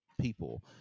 people